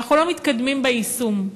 ואנחנו לא מתקדמים ביישום.